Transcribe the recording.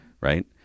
right